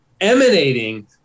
emanating